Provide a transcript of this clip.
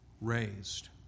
raised